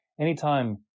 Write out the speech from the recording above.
Anytime